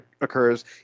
occurs